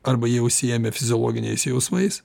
arba jie užsiėmę fiziologiniais jausmais